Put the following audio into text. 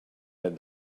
read